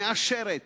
מאשרת,